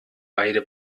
beide